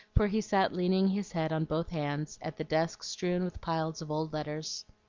for he sat leaning his head on both hands at the desk strewn with piles of old letters.